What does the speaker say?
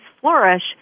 flourish